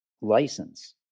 license